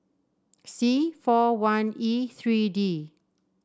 C four one E three D